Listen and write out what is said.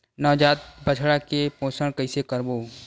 नवजात बछड़ा के पोषण कइसे करबो?